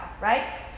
right